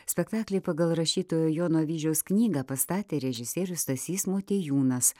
spektaklį pagal rašytojo jono avyžiaus knygą pastatė režisierius stasys motiejūnas